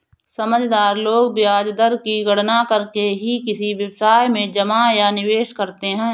समझदार लोग ब्याज दर की गणना करके ही किसी व्यवसाय में जमा या निवेश करते हैं